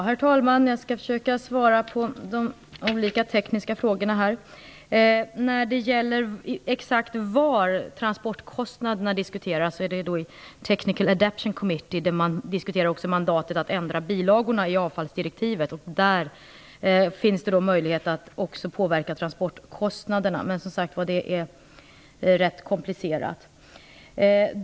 Herr talman! Jag skall försöka svara på de olika tekniska frågorna. Transportkostnaderna diskuteras i Technical Adaption Commity. Där diskuteras också mandatet att ändra bilagorna i avfallsdirektivet, och där finns möjligheten att påverka transportkostnaderna. Men det är som sagt var rätt komplicerat.